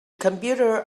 computer